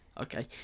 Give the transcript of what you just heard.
Okay